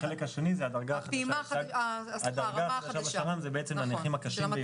החלק השני זאת הדרגה החדשה בשר"מ היא הנכים הקשים ביותר.